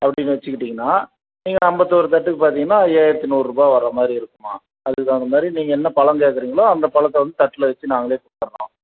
அப்படின்னு வெச்சுக்கிட்டிங்கன்னா நீங்கள் ஐம்பத்தோரு தட்டுக்கு பார்த்திங்கன்னா ஐயாயிரத்தி நூறுரூபா வர மாதிரி இருக்குதும்மா அதுக்கு தகுந்த மாதிரி நீங்கள் என்ன பழம் கேட்கறிங்களோ அந்த பழத்தை வந்து தட்டில் வெச்சு நாங்களே கொடுத்துட்றோம்